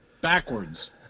backwards